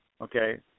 okay